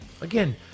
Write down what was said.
Again